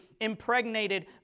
impregnated